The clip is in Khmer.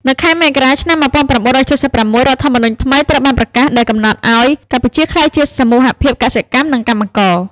នៅខែមករា ឆ្នាំ១៩៧៦ រដ្ឋធម្មនុញ្ញថ្មីត្រូវបានប្រកាស ដែលកំណត់ឱ្យកម្ពុជាក្លាយជាសមូហភាពកសិកម្ម និងកម្មករ។